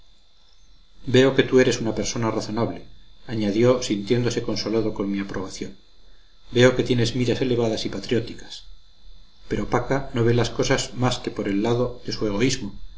veo que tú eres una persona razonable añadió sintiéndose consolado con mi aprobación veo que tienes miras elevadas y patrióticas pero paca no ve las cosas más que por el lado de su egoísmo